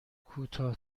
کوتاه